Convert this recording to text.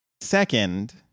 Second